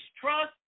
trust